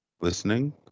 listening